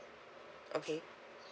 okay